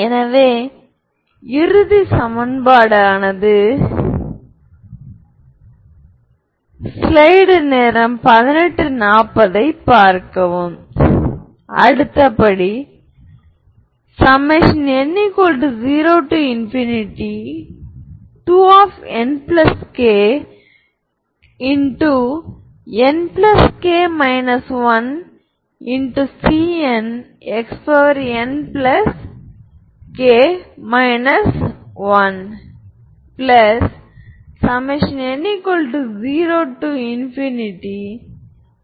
எனவே இரண்டு நேர்கோட்டு இண்டிபெண்டென்ட் ஐகென் வெக்டார்கள் உண்மையான பகுதி மற்றும் கற்பனை பகுதிகளும் நேரியல் இண்டிபெண்டென்ட் ஆனவை என்பதைக் குறிக்கிறது